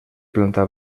planta